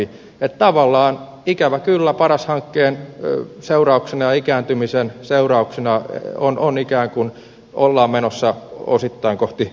eli tavallaan ikävä kyllä paras hankkeen seurauksena ja ikääntymisen seurauksena ikään kuin ollaan menossa osittain kohti suurempaa